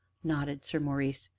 nodded sir maurice,